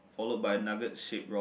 follow by nugget shaped rock